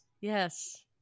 Yes